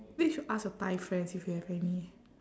maybe you should ask your thai friends if they have any